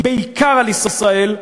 בעיקר על ישראל,